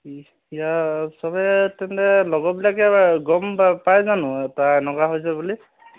এতিয়া চবে তেন্তে লগৰবিলাকে গম পায় জানো তাৰ এনেকুৱা হৈছে বুলি